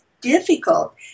difficult